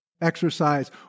exercise